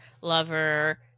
lover